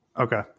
Okay